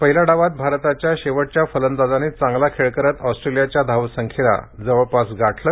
पहिल्या डावात भारताच्या शेवटच्या फलंदाजांनी चांगला खेळ करत ऑस्ट्रेलियाच्या धावसंख्येला जवळपास गाठले